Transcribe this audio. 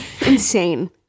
insane